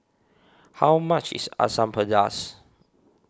how much is Asam Pedas